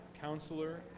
counselor